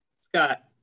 Scott